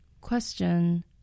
Question